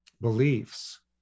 beliefs